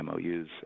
MOUs